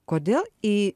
kodėl į